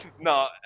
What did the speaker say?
No